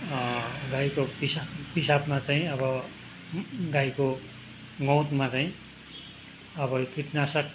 गाईको पिसाब पिसाबमा चाहिँ अब गाईको गउँतमा चाहिँ अब यो कीटनाशक